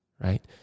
right